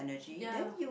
ya